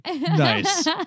nice